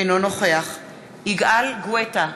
אינו נוכח יגאל גואטה,